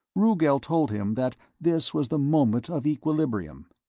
rugel told him that this was the moment of equilibrium,